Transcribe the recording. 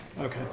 Okay